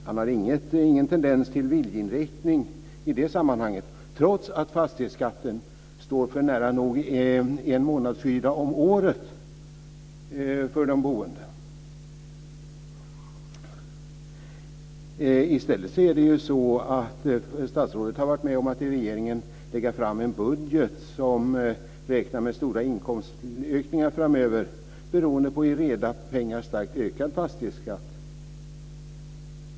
Han har ingen tendens till viljeinriktning i det sammanhanget, trots att fastighetsskatten står för nära nog en månadshyra om året för de boende. Statsrådet har tillsammans med regeringen lagt fram ett budgetförslag där man räknar med stora inkomstökningar framöver, beroende på en i reda pengar starkt ökad fastighetsskatt.